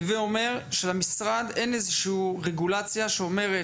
ואומר שלמשרד אין איזשהו רגולציה שאומרת